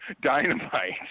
dynamite